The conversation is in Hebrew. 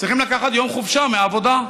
צריכים לקחת יום חופשה מהעבודה,